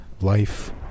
life